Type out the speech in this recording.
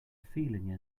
feeling